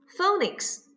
Phonics